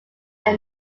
are